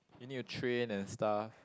you need to train and stuff